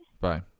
Bye